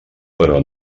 però